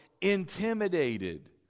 intimidated